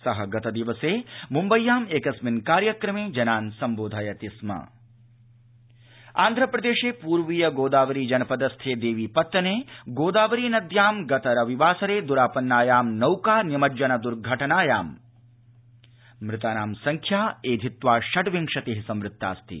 स गतदिवसे मुम्बय्याम् एकस्मिन् कार्यक्रमे जनान् सम्बोधयति स्मा आन्ध्रप्रदेशनौकादुर्घटना आन्ध्रप्रदेशे पूर्वीय गोदावरी जनपदस्थे देवीपत्तने गोदावरी नद्यां गत रविवासरे दुरापन्नायां नौका निमज्जन दुर्घटनायां मृतानां संख्या ऐधत्वा पड़िंवशति संवृत्तास्ति